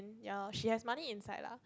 ya lor she has money inside lah